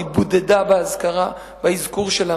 היא בודדה באזכור שלה.